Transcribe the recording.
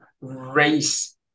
race